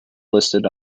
listed